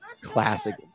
classic